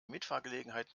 mitfahrgelegenheit